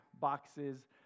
boxes